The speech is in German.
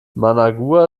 managua